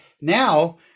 now